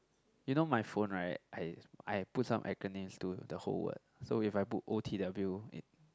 you know my phone right I I have put some acronyms to the whole word so if I put o_t_w